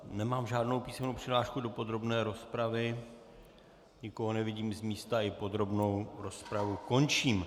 Nemám žádnou písemnou přihlášku do podrobné rozpravy, nikoho nevidím z místa, i podrobnou rozpravu končím.